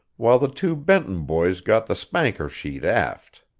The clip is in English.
while the two benton boys got the spanker sheet aft.